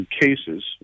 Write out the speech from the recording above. cases